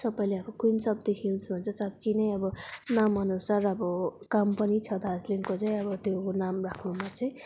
सबैले अब queens of the hill भन्छ साँच्ची नै अब नामअनुसार अब काम पनि छ दार्जिलिङको चाहिँ अब नाम राख्नुमा चाहिँ